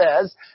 says